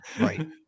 Right